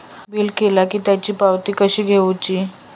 Bill केला की त्याची पावती कशी घेऊची?